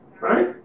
Right